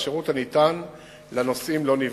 והשירות הניתן לנוסעים לא נפגע.